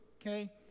okay